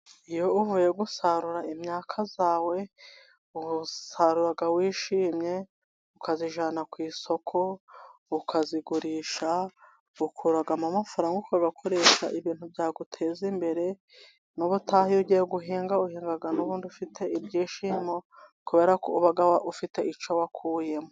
Iyo uvuye gusarura imyaka yawe, usarura wishimye, ukayijyana ku isoko, ukayigurisha, ukuramo amafaranga, ukayakoresha ibintu byaguteza imbere. Nubutaha, iyo ugiye guhinga, uhinga n'ubundi ufite ibyishimo, kubera ko uba ufite icyo wakuyemo.